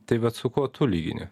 tai bet su kuo tu lygini